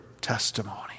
testimony